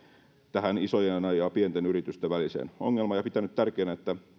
tähän isojen ja pienten yritysten väliseen ongelmaan ja pitänyt tärkeänä että